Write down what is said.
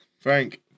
Frank